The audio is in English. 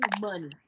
money